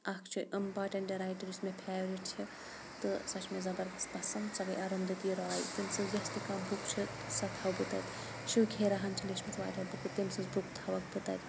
اَکھ چھُ important writer یُس مےٚ فیورِٹ چھِ تہٕ سۄ چھِ مےٚ زبردَس پَسنٛد سۄ گٔے اَروندٔتی راے تٔمۍ سٕنٛز یۄس تہِ کانٛہہ بُک چھےٚ سۄ تھَو بہٕ تَتہِ شِو کھیراہَن چھِ لیچھمٕژ وایاہ بُکہٕ تٔمۍ سٕنٛز بُکہٕ تھاوَکھ بہٕ تَتہِ